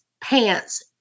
pants